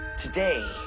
Today